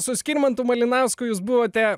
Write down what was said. su skirmantu malinausku jūs buvote